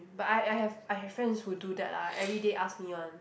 but I I have I have friends who do that lah everyday ask me one